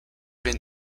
been